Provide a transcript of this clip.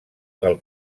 pel